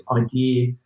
idea